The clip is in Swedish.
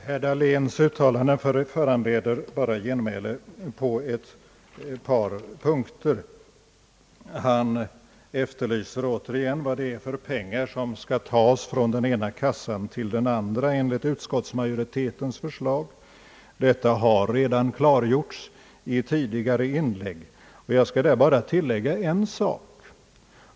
Herr talman! Herr Dahléns uttalande föranleder bara genmäle på ett par punkter. Han efterlyser återigen vad det är för pengar som skall tas från den ena kassan till den andra enligt utskottsmajoritetens förslag. Detta har redan klargjorts i ett tidigare inlägg, och jag skall bara tillägga en sak.